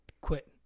quit